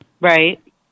Right